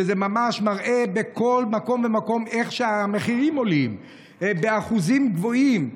וזה ממש מראה בכל מקום ומקום איך שהמחירים עולים באחוזים גבוהים,